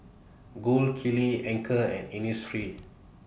Gold Kili Anchor and Innisfree